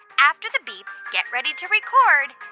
after the beep, get ready to record